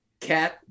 Cat